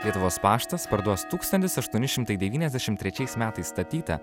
lietuvos paštas parduos tūkstantis aštuoni šimtai devyniasdešim trečiais metais statytą